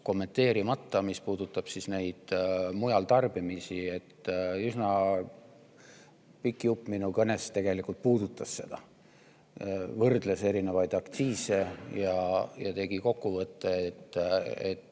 kommenteerimata, mis puudutab neid mujal tarbimisi. Üsna pikk jupp minu kõnest tegelikult ka puudutas seda: võrdlesin erinevaid aktsiise ja kokkuvõtteks